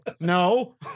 no